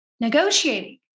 negotiating